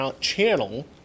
channel